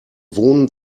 wohnen